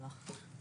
או לא.